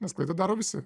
nes klaidą daro visi